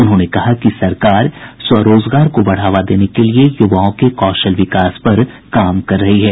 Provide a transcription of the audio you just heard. उन्होंने कहा कि सरकार स्वरोजगार को बढ़ावा देने के लिए यूवाओं के कौशल विकास पर काम कर रही है